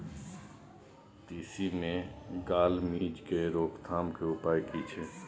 तिसी मे गाल मिज़ के रोकथाम के उपाय की छै?